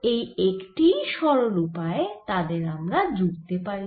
এই একটিই সরল উপায়ে তাদের আমরা জুড়তে পারি